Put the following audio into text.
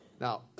Now